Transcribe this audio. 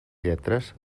lletres